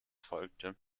folgte